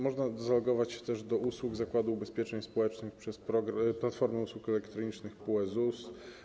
Można zalogować się też do usług Zakładu Ubezpieczeń Społecznych przez platformę usług elektronicznych - PUE ZUS.